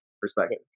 perspective